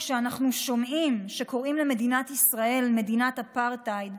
כשאנחנו שומעים שקוראים למדינת ישראל מדינת אפרטהייד,